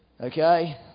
Okay